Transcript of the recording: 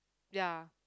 ya